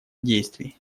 действий